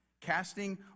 casting